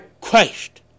Christ